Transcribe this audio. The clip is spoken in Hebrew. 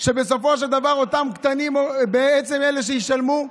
שבסופו של דבר אותם קטנים הם בעצם אלה שישלמו.